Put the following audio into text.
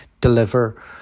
deliver